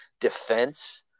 defense